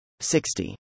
60